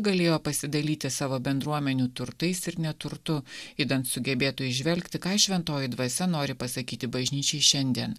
galėjo pasidalyti savo bendruomenių turtais ir neturtu idant sugebėtų įžvelgti ką šventoji dvasia nori pasakyti bažnyčiai šiandien